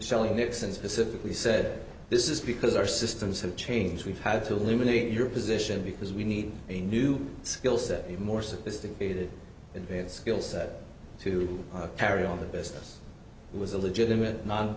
shally nixon specifically said this is because our systems have changed we've had to limiting your position because we need a new skill set a more sophisticated and skill set to carry on the business was a legitimate no